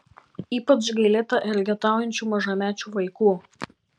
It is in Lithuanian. ypač gailėta elgetaujančių mažamečių vaikų